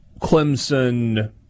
Clemson